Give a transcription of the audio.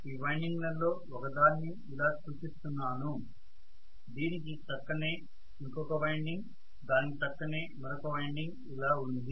ఈ వైండింగ్లలో ఒకదాన్ని ఇలా చూపిస్తున్నాను దీనికి ప్రక్కనే ఇంకొక వైండింగ్ దానికి ప్రక్కనే మరొక వైండింగ్ ఇలా ఉంది